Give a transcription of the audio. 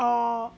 or